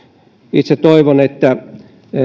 itse toivon että saadaan toteutettua